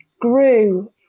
grew